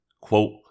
Quote